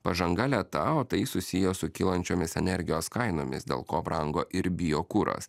pažanga lėta o tai susiję su kylančiomis energijos kainomis dėl ko brango ir biokuras